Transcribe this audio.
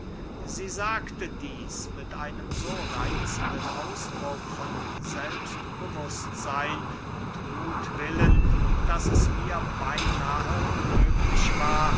sie sagte dieß mit einem so reitzenden ausdruck von selbstbewußtseyn und muthwillen daß es mir beynahe unmöglich war